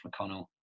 McConnell